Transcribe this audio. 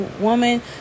woman